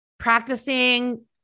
practicing